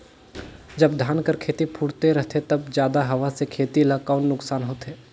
जब धान कर खेती फुटथे रहथे तब जादा हवा से खेती ला कौन नुकसान होथे?